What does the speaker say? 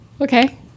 Okay